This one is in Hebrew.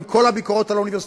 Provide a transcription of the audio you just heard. עם כל הביקורות על האוניברסיטאות,